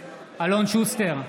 אלון שוסטר,